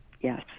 Yes